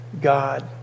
God